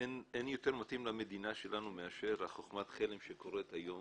אין יותר מתאים למדינה שלנו מאשר חוכמת חלם שקורית היום